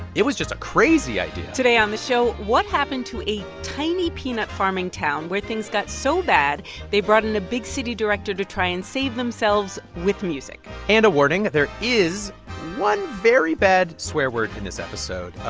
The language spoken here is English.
it was just crazy idea today on the show what happened to a tiny peanut farming town where things got so bad they brought in a big-city director to try and save themselves with music and a warning there is one very bad swear word in this episode.